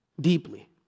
deeply